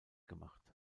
gemacht